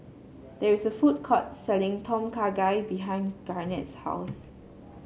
there is a food court selling Tom Kha Gai behind Garnett's house